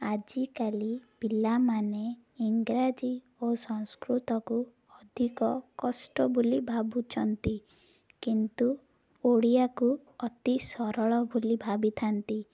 ଆଜିକାଲି ପିଲାମାନେ ଇଂରାଜୀ ଓ ସଂସ୍କୃତକୁ ଅଧିକ କଷ୍ଟ ବୋଲି ଭାବୁଛନ୍ତି କିନ୍ତୁ ଓଡ଼ିଆକୁ ଅତି ସରଳ ବୋଲି ଭାବିଥାନ୍ତି